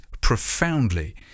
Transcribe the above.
profoundly